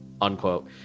unquote